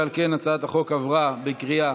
ההצעה להעביר את הצעת חוק חוזה הביטוח (תיקון,